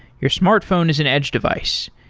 your smartphone is an edge device.